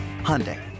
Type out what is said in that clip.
Hyundai